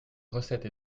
recettes